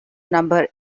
number